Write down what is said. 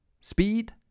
speed